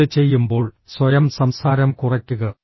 ഇത് ചെയ്യുമ്പോൾ സ്വയം സംസാരം കുറയ്ക്കുക